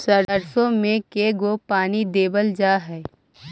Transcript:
सरसों में के गो पानी देबल जा है?